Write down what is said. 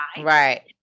Right